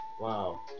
wow